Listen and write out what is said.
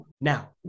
Now